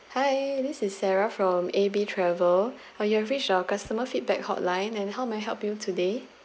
hi this is sarah from A B C travel uh you have reached our customer feedback hotline and how may I help you today